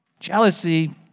Jealousy